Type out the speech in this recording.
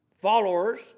followers